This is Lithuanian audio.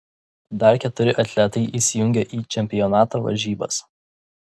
dar keturi atletai įsijungia į čempionato varžybas